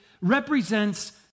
represents